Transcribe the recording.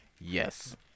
Yes